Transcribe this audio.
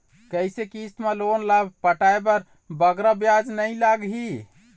कइसे किस्त मा लोन ला पटाए बर बगरा ब्याज नहीं लगही?